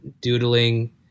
doodling